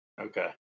Okay